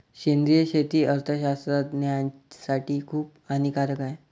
सेंद्रिय शेती अर्थशास्त्रज्ञासाठी खूप हानिकारक आहे